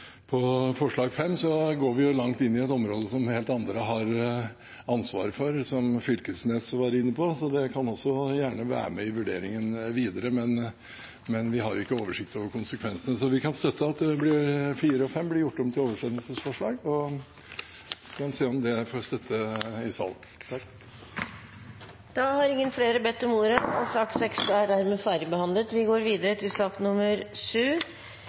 på et område som helt andre har ansvaret for, som representanten Knag Fylkesnes var inne på. Det kan også gjerne være med i vurderingen videre, men vi har ikke oversikt over konsekvensene av det. Så vi kan støtte at forslagene nr. 4 og 5 blir gjort om til oversendelsesforslag, og så får vi se om det får støtte i salen. Flere har ikke bedt om ordet til sak